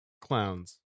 clowns